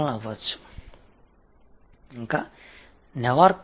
மேலும் நெவார்க் 23